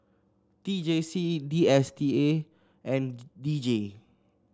T J C D S T A and D J